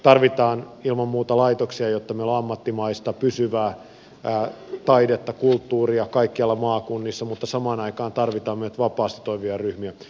tarvitaan ilman muuta laitoksia jotta meillä on ammattimaista pysyvää taidetta kulttuuria kaikkialla maakunnissa mutta samaan aikaan tarvitaan näitä vapaasti toimivia ryhmiä